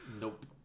Nope